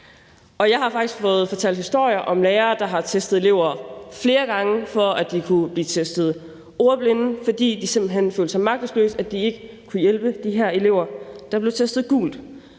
Jeg har faktisk fået fortalt historier om lærere, der har testet elever flere gange, for at de kunne blive testet ordblinde, fordi de simpelt hen følte sig magtesløse over, at de ikke kunne hjælpe de her elever, der blev testet gult,